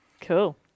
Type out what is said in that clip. Cool